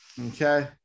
Okay